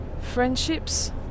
Friendships